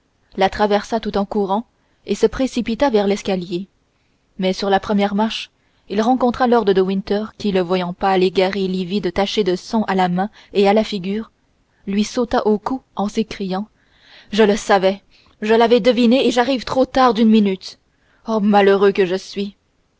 la traversa tout en courant et se précipita vers l'escalier mais sur la première marche il rencontra lord de winter qui le voyant pâle égaré livide taché de sang à la main et à la figure lui sauta au cou en s'écriant je le savais je l'avais deviné et j'arrive trop tard d'une minute oh malheureux que je suis